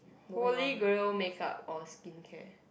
Holy Grail makeup or skincare